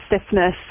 stiffness